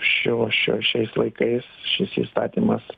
šio šioj šiais laikais šis įstatymas